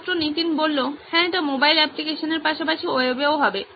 ছাত্র নীতিন হ্যাঁ এটি মোবাইল অ্যাপ্লিকেশনের পাশাপাশি ওয়েবেও হবে